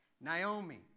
Naomi